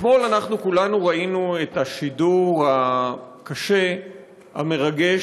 אתמול אנחנו כולנו ראינו את השידור הקשה, המרגש,